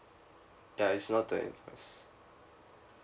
ya it's not the invoice